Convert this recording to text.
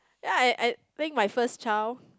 ya I I think my first child